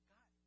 God